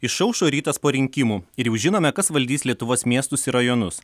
išaušo rytas po rinkimų ir jau žinome kas valdys lietuvos miestus ir rajonus